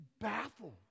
baffled